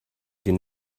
den